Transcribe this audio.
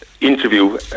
interview